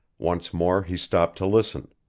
once more he stopped to listen.